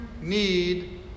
need